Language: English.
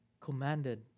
commanded